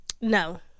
No